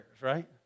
right